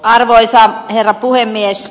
arvoisa herra puhemies